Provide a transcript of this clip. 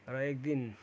र एकदिन